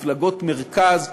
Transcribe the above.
מפלגות מרכז,